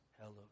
Hello